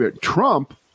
Trump